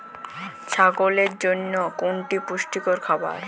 ছাগলের জন্য কোনটি পুষ্টিকর খাবার?